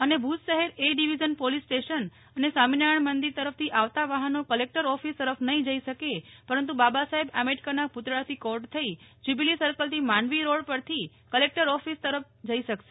અને ભુજ શહેર A division police station અને સ્વામી નારાયણ મંદિર તરફથી આવતાં વાહનો કલેકટર ઓફિસ તરફ નહી જઇ શકેપરંતુ બાબા સાહેબ આંબેડકરના પુતળાથી કોર્ટ થઇ જયુબીલી સર્કલથી માંડવી રોડ પરથી કલેકટર ઓફીસ તરફ જઇ શકશે